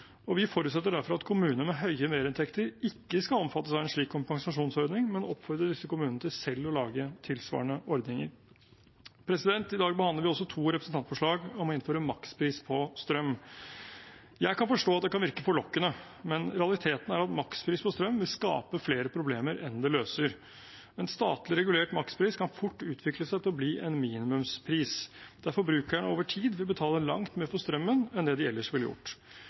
og fylkeskommuner. Vi forutsetter derfor at kommuner med høye merinntekter ikke skal omfattes av en slik kompensasjonsordning, men oppfordrer disse kommunene til selv å lage tilsvarende ordninger. I dag behandler vi også to representantforslag om å innføre makspris på strøm. Jeg kan forstå at det kan virke forlokkende, men realiteten er at makspris på strøm vil skape flere problemer enn det løser. En statlig regulert makspris kan fort utvikle seg til å bli en minimumspris, der forbrukerne over tid vil betale langt mer for strømmen enn det de ellers ville gjort.